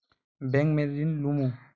Bank से ऋण लुमू?